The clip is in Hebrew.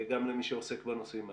גם למי שעוסק בנושאים האלה.